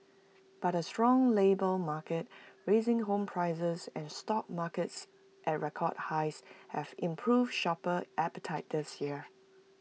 but A strong labour market rising home prices and stock markets at record highs have improved shopper appetite this year